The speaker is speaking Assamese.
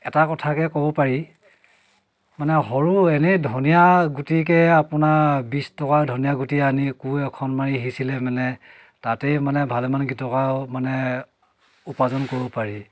এটা কথাকে ক'ব পাৰি মানে সৰু এনেই ধনীয়া গুটিকে আপোনাৰ বিছ টকাৰ ধনীয়া গুটি আনি কোৰ এখন মাৰি সিঁচিলে মানে তাতেই মানে ভালেমানগিটকাও মানে উপাৰ্জন কৰিব পাৰি